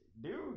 dude